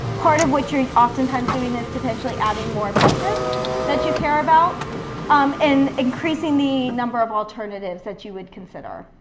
part of what you're oftentimes doing is potentially adding more objectives that you care about um and increasing the number of alternatives that you would consider,